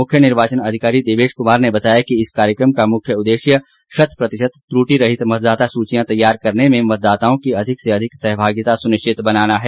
मुख्य निर्वाचन अधिकारी देवेश कुमार ने बताया कि इस कार्यक्रम का मुख्य उद्देश्य शत प्रतिशत त्रुटिरहित मतदाता सूचियां तैयार करने में मतदाताओं की अधिक से अधिक सहभागिता सुनिश्चित बनाना है